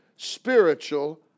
spiritual